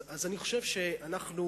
אז אני חושב שבאמת,